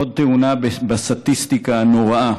עוד תאונה בסטטיסטיקה הנוראה